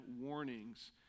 warnings